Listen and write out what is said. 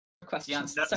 questions